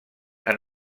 han